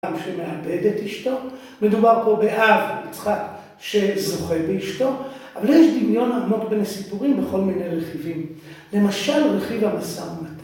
שמאבד את אשתו. מדובר פה באב, יצחק, שזוכה את אשתו. אבל יש דמיון לעמוד בין הסיפורים לכל מיני רכיבים. למשל, רכיב המסע...